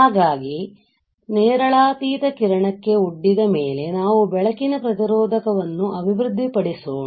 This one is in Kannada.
ಹಾಗಾಗಿ ನೇರಳಾತೀತ ಕಿರಣಕ್ಕೆ ಒಡ್ಡಿದ ಮೇಲೆ ನಾವು ಬೆಳಕಿನ ಪ್ರತಿರೋಧಕವನ್ನು ಅಭಿವೃದ್ದಿಪಡಿಸೋಣ